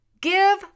give